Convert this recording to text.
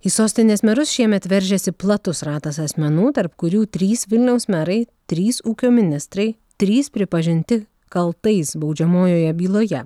į sostinės merus šiemet veržiasi platus ratas asmenų tarp kurių trys vilniaus merai trys ūkio ministrai trys pripažinti kaltais baudžiamojoje byloje